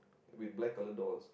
with black color doors